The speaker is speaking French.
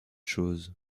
choses